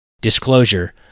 Disclosure